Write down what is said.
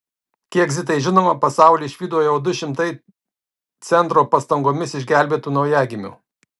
kiek zitai žinoma pasaulį išvydo jau du šimtai centro pastangomis išgelbėtų naujagimių